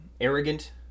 arrogant